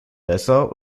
dessau